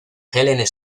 helen